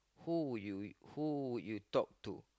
who would you who would you talk to